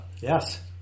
Yes